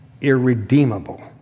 irredeemable